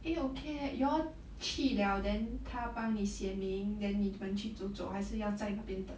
eh okay eh you all 去了 then 他帮你写名 then 你们去走走还是要在那边等